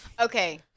Okay